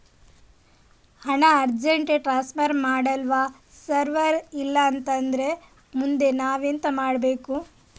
ಹಣ urgent transfer ಮಾಡ್ವಾಗ server ಇಲ್ಲಾಂತ ಆದ್ರೆ ಮುಂದೆ ನಾವೆಂತ ಮಾಡ್ಬೇಕು?